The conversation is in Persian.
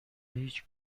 هیچ